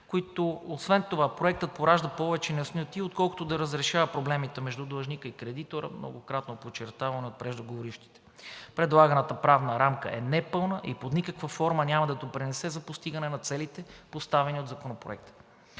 всички. Освен това Проектът поражда повече неясноти, отколкото да разрешава проблемите между длъжника и кредитора, многократно подчертавано от преждеговорившите. Предлаганата правна рамка е непълна и под никаква форма няма да допринесе за постигане на целите, поставени от Законопроекта.